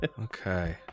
Okay